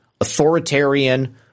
authoritarian